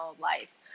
life